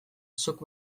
zuk